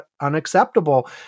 unacceptable